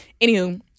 Anywho